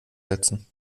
setzen